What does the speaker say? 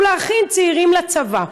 הוא להכין צעירים לצבא.